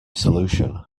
solution